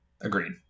Agreed